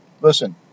listen